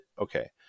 okay